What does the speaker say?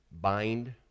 bind